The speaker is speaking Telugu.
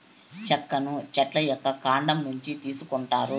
చెక్కను చెట్ల యొక్క కాండం నుంచి తీసుకొంటారు